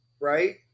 Right